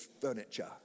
furniture